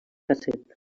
casset